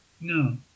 no